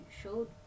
showed